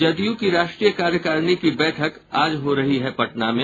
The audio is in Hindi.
जदयू की राष्ट्रीय कार्यकारिणी की बैठक आज हो रही पटना में